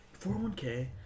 401k